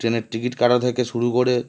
ট্রেনের টিকিট কাটা থেকে শুরু করে